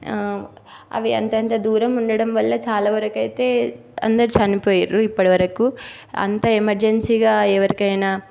అవి అంత అంత దూరం ఉండటం వల్ల చాలా వరకు అయితే అందరూ చనిపోయారు ఇప్పటి వరకు అంత ఎమర్జెన్సీగా ఎవరికైనా